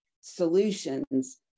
solutions